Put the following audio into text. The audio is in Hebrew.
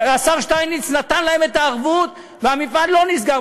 השר שטייניץ נתן להם את הערבות והמפעל לא נסגר,